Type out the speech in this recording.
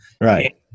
right